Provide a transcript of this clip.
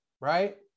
right